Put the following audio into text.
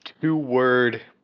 two-word